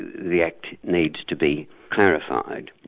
the act needs to be clarified.